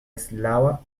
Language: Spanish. eslava